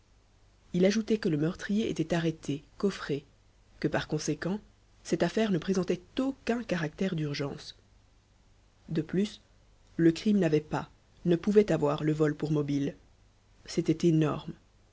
il ajoutait que le meurtrier était arrêté coffré que par conséquent cette affaire ne présentait aucun caractère d'urgence de plus le crime n'avait pas ne pouvait avoir le vol pour mobile c'était énorme